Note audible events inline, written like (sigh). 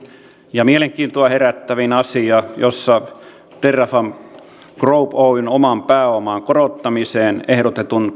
ja eniten mielenkiintoa herättävä asia terrafame group oyn oman pääoman korottamiseen ehdotetaan (unintelligible)